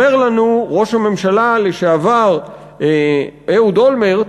אומר לנו ראש הממשלה לשעבר אהוד אולמרט,